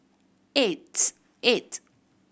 eighth eight